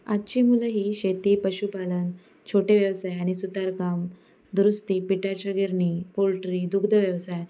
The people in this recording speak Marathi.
आजची मुलं ही शेती पशुपालन छोटे व्यवसाय आणि सुतारकाम दुरुस्ती पिठाच्या गिरणी पोल्ट्री दुग्ध व्यवसाय